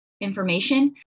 information